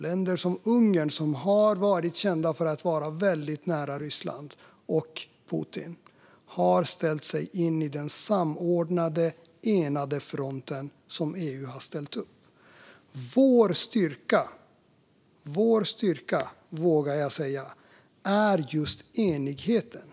Länder som Ungern, som har varit kända för att vara väldigt nära Ryssland och Putin, har rättat in sig i den samordnade, enade front som EU har ställt upp. Vår styrka, vågar jag säga, är just enigheten.